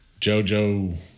JoJo